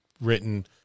written